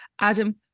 Adam